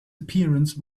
appearance